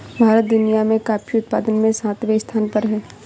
भारत दुनिया में कॉफी उत्पादन में सातवें स्थान पर है